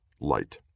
light